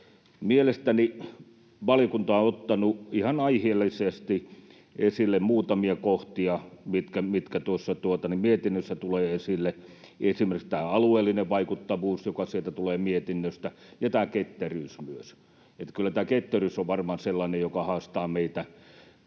Mielestäni valiokunta on ottanut ihan aiheellisesti esille muutamia kohtia, mitkä tuossa mietinnössä tulevat esille, esimerkiksi alueellisen vaikuttavuuden, joka tulee mietinnöstä, ja myös ketteryyden. Kyllä ketteryys on varmaan sellainen, joka haastaa meitä.